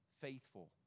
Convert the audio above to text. faithful